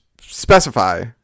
specify